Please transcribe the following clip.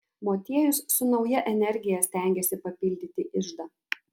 motiejus su nauja energija stengėsi papildyti iždą